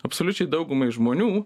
absoliučiai daugumai žmonių